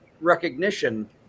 recognition